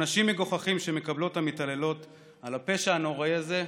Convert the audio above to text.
עונשים מגוחכים שמקבלות המתעללות על הפשע הנוראי הזה,